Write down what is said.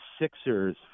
Sixers